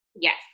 Yes